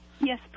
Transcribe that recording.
Yes